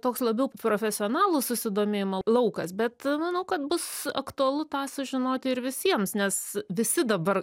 toks labiau profesionalų susidomėjimo laukas bet manau kad bus aktualu tą sužinoti ir visiems nes visi dabar